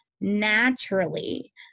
naturally